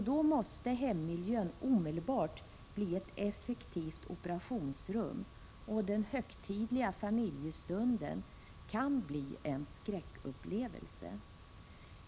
Då måste hemmiljön omedelbart bli ett effektivt operationsrum, och den högtidliga familjestunden kan bli en skräckupplevelse.